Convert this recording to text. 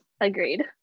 agreed